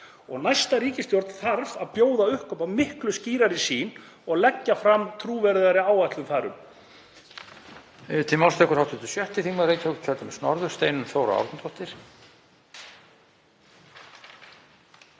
Næsta ríkisstjórn þarf að bjóða upp á miklu skýrari sýn og leggja fram trúverðugri áætlun þar um.